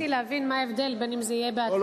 אני ניסיתי להבין מה ההבדל אם זה יהיה בהצעה לסדר-היום,